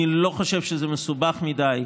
אני לא חושב שזה מסובך מדי.